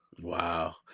wow